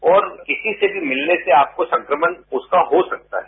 और किसी से भी मिलने से आपको संक्रमण उसका हो सकता है